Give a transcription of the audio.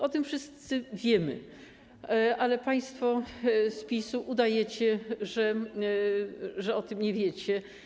O tym wszyscy wiemy, ale państwo z PiS udajecie, że o tym nie wiecie.